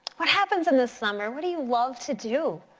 what happens in the summer? what do you love to do?